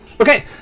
Okay